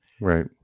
right